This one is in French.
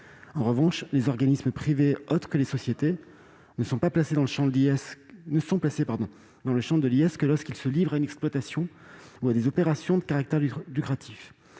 En revanche, les organismes privés autres que les sociétés ne sont placés dans le champ de l'IS que lorsqu'ils se livrent à une exploitation ou à des opérations à caractère lucratif.